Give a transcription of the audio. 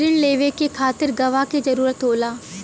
रिण लेवे के खातिर गवाह के जरूरत होला